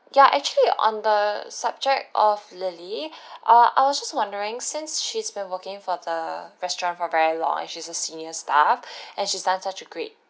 ya actually on the subject of lily err I was just wondering since she's been working for the restaurant for very long and she's a senior staff and she's done such a great